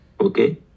Okay